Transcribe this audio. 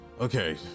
Okay